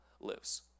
lives